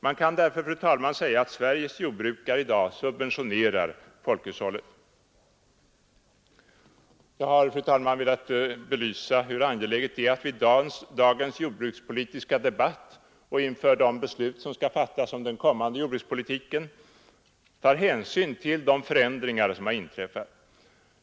Man kan därför, fru talman, säga att Sveriges jordbrukare i dag subventionerar folkhushållet. Jag har, fru talman, velat belysa hur angeläget det är att vi i dagens jordbrukspolitiska debatt och inför de beslut som skall fattas om den kommande jordbrukspolitiken tar hänsyn till de förändringar som har inträffat.